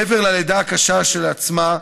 מעבר ללידה הקשה כשלעצמה,